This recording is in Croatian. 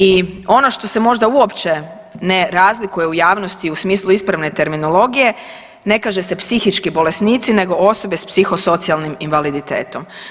I ono što se možda uopće ne razlikuje u javnosti u smislu ispravne terminologije ne kaže se psihički bolesnici nego osobe s psihosocijalnim invaliditetom.